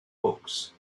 books